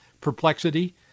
perplexity